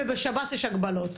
ובשב"ס יש הגבלות.